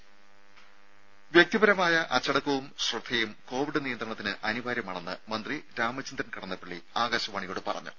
രംഭ വ്യക്തിപരമായ അച്ചടക്കവും ശ്രദ്ധയും കൊവിഡ് നിയന്ത്രണത്തിന് അനിവാര്യമാണെന്ന് മന്ത്രി രാമചന്ദ്രൻ കടന്നപ്പള്ളി ആകാശവാണിയോട് പറഞ്ഞു